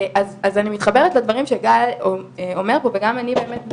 אז אני מתחברת לדברים שגל אומר פה וגם אני באמת,